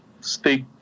stick